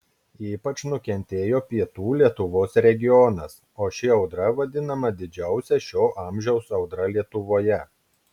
ypač nukentėjo pietų lietuvos regionas o ši audra vadinama didžiausia šio amžiaus audra lietuvoje